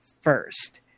first